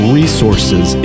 resources